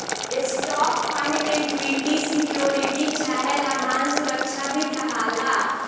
stock fund के equity security चाहे लाभांश सुरक्षा भी कहाला